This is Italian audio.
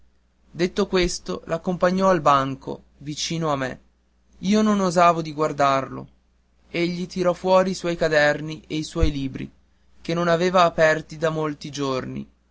detto questo l'accompagnò al banco vicino a me io non osavo di guardarlo egli tirò fuori i suoi quaderni e i suoi libri che non aveva aperti da molti giorni